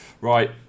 Right